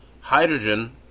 hydrogen